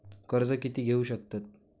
कर्ज कीती घेऊ शकतत?